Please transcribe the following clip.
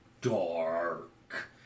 dark